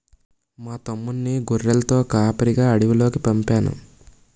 మా తమ్ముణ్ణి గొర్రెలతో కాపరిగా అడవిలోకి పంపేను